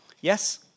Yes